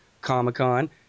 Comic-Con